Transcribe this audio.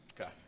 Okay